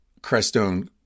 crestone